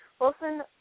Wilson